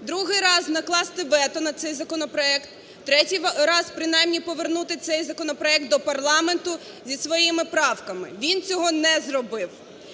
Другий раз – накласти вето на цей законопроект. Третій раз – принаймні повернути цей законопроект до парламенту зі своїми правками. Він цього не зробив.